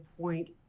point